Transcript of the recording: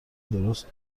درست